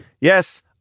Yes